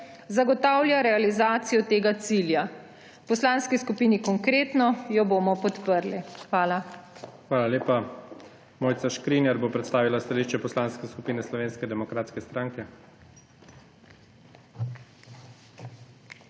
zagotavlja realizacijo tega cilja. V Poslanski skupini Konkretno jo bomo podprli. Hvala. PREDSEDNIK IGOR ZORČIČ: Hvala lepa. Mojca Škrinjar bo predstavila stališče Poslanske skupine Slovenske demokratske stranke.